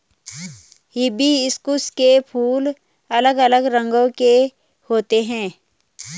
hibiscus के फूल अलग अलग रंगो के होते है